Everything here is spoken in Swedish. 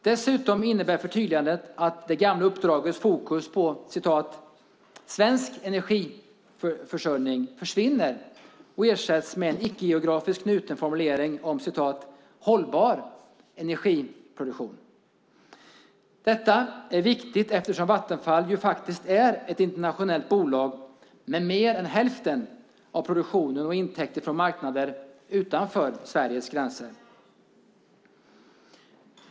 Dessutom innebär förtydligande att det gamla uppdragets fokus på "svensk energiförsörjning" försvinner och ersätts med en icke-geografiskt knuten formulering om "hållbar energiproduktion". Detta är viktigt eftersom Vattenfall är ett internationellt bolag med mer än hälften av produktion och intäkter från marknader utanför Sveriges gränser.